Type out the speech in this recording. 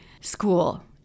school